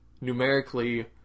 Numerically